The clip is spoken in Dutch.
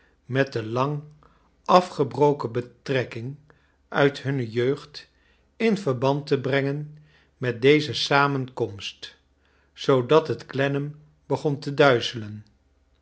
met de lang afgebroken betrekking uit hunne jeugd in verband te brengen met deze samenkomst zoodat t clennam begon te duizelen